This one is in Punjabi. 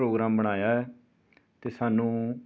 ਪ੍ਰੋਗਰਾਮ ਬਣਾਇਆ ਹੈ ਅਤੇ ਸਾਨੂੰ